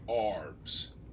Arms